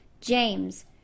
James